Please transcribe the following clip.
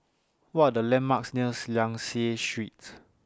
What Are The landmarks nears Liang Seah Street